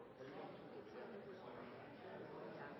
det var som